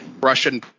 Russian